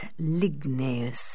ligneus